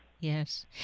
Yes